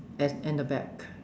and and the back